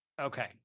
Okay